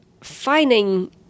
finding